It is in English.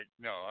no